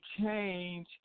change